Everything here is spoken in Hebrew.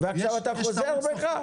ועכשיו אתה חוזר בך?